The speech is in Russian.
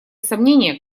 сомнения